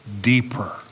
deeper